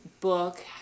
book